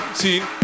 see